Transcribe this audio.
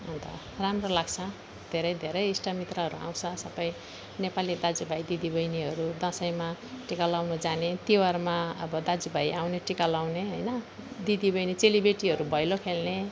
अन्त राम्रो लाग्छ धेरै धेरै इष्टमित्रहरू आउँछ सबै नेपाली दाजु भाइ दिदी बहिनीहरू दसैँमा टिका लाउनु जाने तिहारमा अब दाजु भाइ आउने टिका लाउने होइन दिदी बहिनी चेलीबेटीहरू भैलो खेल्ने